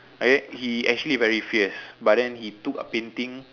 okay he actually very fierce but then he took a painting